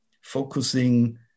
focusing